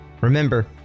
Remember